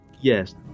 Yes